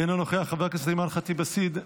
אינו נוכח, חבר הכנסת אימאן ח'טיב יאסין,